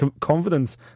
confidence